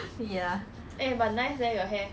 ya